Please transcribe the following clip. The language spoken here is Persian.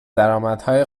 درآمدهای